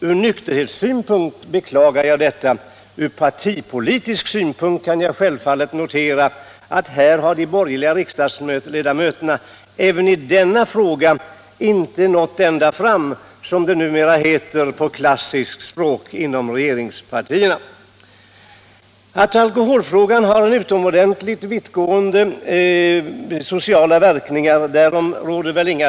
Ur nykterhetspolitisk synpunkt beklagar jag detta — ur partipolitisk synpunkt noterar jag självfallet att de borgerliga riksdagsledamöterna inte heller i denna fråga ”nått ända fram”, som det numera heter på klassiskt språk inom regeringspartierna. Det råder i dag inga delade meningar om att alkoholfrågan har utomordentligt vittgående sociala verkningar.